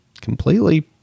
completely